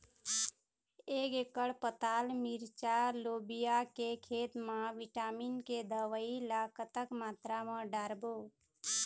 एक एकड़ पताल मिरचा लोबिया के खेत मा विटामिन के दवई ला कतक मात्रा म डारबो?